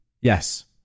Yes